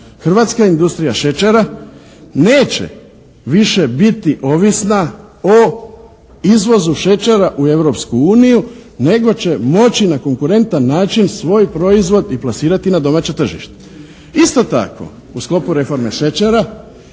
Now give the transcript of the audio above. Hrvatska industrija šećera neće više biti ovisna o izvozu šećera u Europsku uniju, nego će moći na konkurentan način svoj proizvod i plasirati na domaće tržište. Isto tako, u sklopu reforme šećera